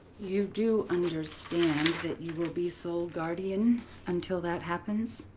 you do understand that you will be sole guardian until that happens.